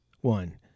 One